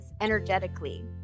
energetically